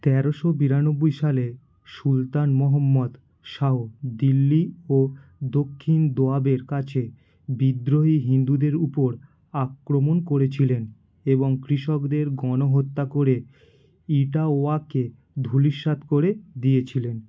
তেরোশো বিরানব্বই সালে সুলতান মহম্মদ শাহ দিল্লি ও দক্ষিণ দোয়াবের কাছে বিদ্রোহী হিন্দুদের উপর আক্রমণ করেছিলেন এবং কৃষকদের গণহত্যা করে ইটাওয়াকে ধূলিস্যাৎ করে দিয়েছিলেন